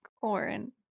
Corn